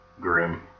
Grim